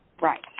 Right